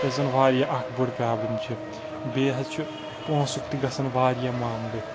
یۄس زَن واریاہ اَکھ بٔڑ پرٛابلِم چھِ بیٚیہِ حظ چھُ پونٛسُک تہِ گژھان واریاہ معاملہٕ